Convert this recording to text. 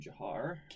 Jahar